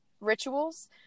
rituals